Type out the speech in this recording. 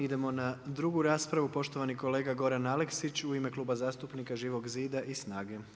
Idemo na drugu raspravu, poštovani kolega Goran Alekić u ime Kluba zastupnika Živog zida i SNAG-e.